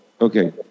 Okay